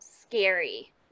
scary